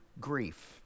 grief